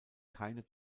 keine